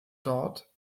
dort